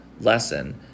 lesson